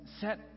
set